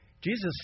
Jesus